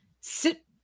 sit